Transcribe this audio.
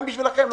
גם בשבילכם,